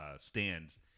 stands